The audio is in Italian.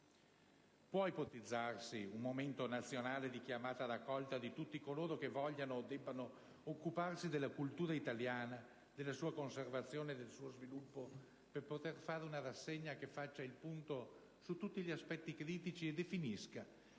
Può ipotizzarsi un momento nazionale di chiamata a raccolta di tutti coloro che vogliano o debbano occuparsi della cultura italiana, della sua conservazione e del suo sviluppo, per poter fare una rassegna che faccia il punto su tutti gli aspetti critici e definisca